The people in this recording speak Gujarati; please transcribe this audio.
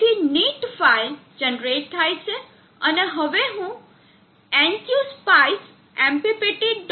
તેથી નીટ ફાઇલ જનરેટ થાય છે અને હવે હું ngspice mppt